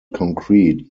concrete